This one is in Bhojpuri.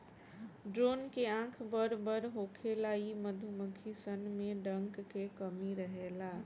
ड्रोन के आँख बड़ बड़ होखेला इ मधुमक्खी सन में डंक के कमी रहेला